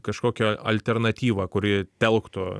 kažkokią alternatyvą kuri telktų